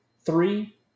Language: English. three